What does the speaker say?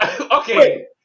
Okay